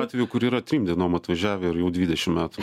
atvejų kur yra trim dienom atvažiavę ir jau dvidešim metų